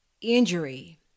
injury